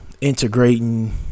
Integrating